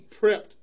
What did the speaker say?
prepped